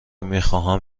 میخواهم